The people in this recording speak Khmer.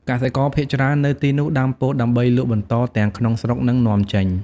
កសិករភាគច្រើននៅទីនោះដាំពោតដើម្បីលក់បន្តទាំងក្នុងស្រុក និងនាំចេញ។